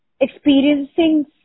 experiencing